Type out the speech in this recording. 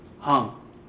hung